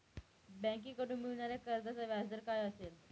बँकेकडून मिळणाऱ्या कर्जाचा व्याजदर काय असेल?